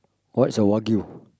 what's a wagyu